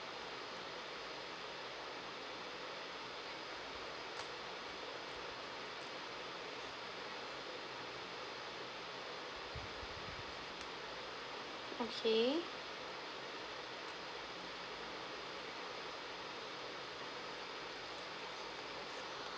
okay